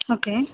okay